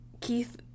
Keith